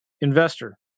investor